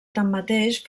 tanmateix